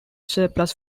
surplus